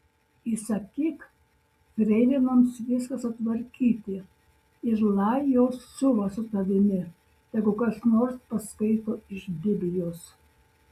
įsakyk freilinoms viską sutvarkyti ir lai jos siuva su tavimi tegul kas nors paskaito iš biblijos